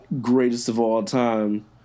greatest-of-all-time